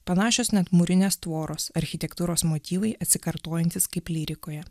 panašios net mūrinės tvoros architektūros motyvai atsikartojantys kaip lyrikoje